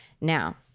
Now